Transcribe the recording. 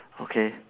okay